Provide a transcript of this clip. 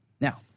Now